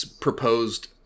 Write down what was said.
proposed